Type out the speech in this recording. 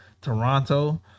Toronto